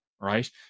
right